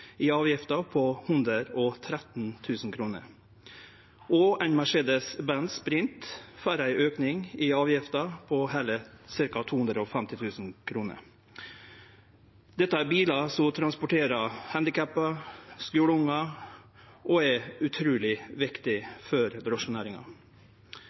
i avgifta på 113 000 kr. Og ein Mercedes-Benz Sprinter får ein auke i avgifta på heile ca. 250 000 kr. Dette er bilar som transporterer menneske med handikap, skuleungar, og som er utruleg